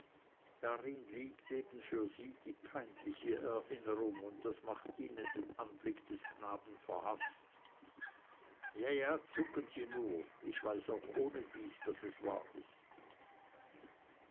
darin liegt eben für sie die peinliche erinnerung und das macht ihnen den anblick des knaben verhaßt ja ja zucken sie nur ich weiß auch ohnedies daß es wahr ist